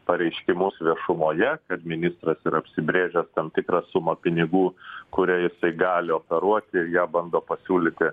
pareiškimus viešumoje kad ministras yra apsibrėžęs tam tikrą sumą pinigų kuria jisai gali operuoti ir ją bando pasiūlyti